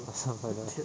asam pedas